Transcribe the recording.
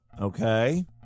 Okay